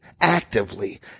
actively